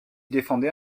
défendait